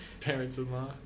parents-in-law